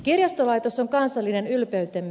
kirjastolaitos on kansallinen ylpeytemme